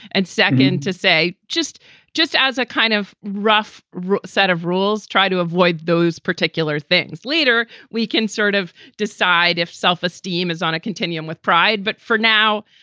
and second, to say, just just as a kind of rough rough set of rules, try to avoid those particular things later. we can sort of decide if self-esteem is on a continuum with pride. but for now,